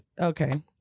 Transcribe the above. Okay